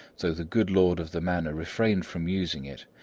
though the good lord of the manor refrained from using it,